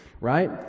right